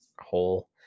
whole